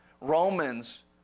Romans